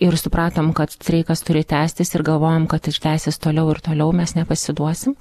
ir supratom kad streikas turi tęstis ir galvojam kad jis tęsis toliau ir toliau mes nepasiduosim